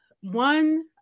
One